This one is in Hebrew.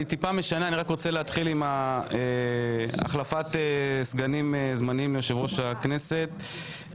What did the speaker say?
אני רוצה להתחיל עם החלפת סגנים זמניים ליושב-ראש הכנסת.